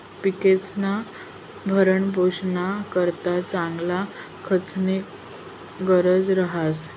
पिकेस्ना भरणपोषणना करता चांगला खतस्नी गरज रहास